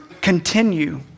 Continue